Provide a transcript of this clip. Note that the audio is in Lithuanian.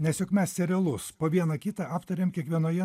nes juk mes serialus po vieną kitą aptariam kiekvienoje